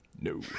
no